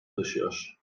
taşıyor